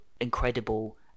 incredible